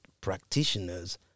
practitioners